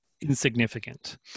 insignificant